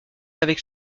avec